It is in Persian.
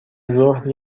ظهر